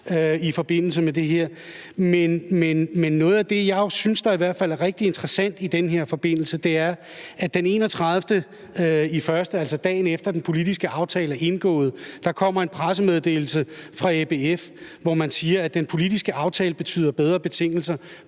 i forbindelse med det her. Men noget af det, jeg i hvert fald synes er rigtig interessant i den her forbindelse, er, at der den 31. januar, altså dagen efter den politiske aftale er indgået, kommer en pressemeddelelse fra ABF, hvor man siger, at den politiske aftale betyder bedre betingelser